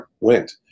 went